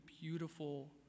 beautiful